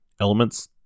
elements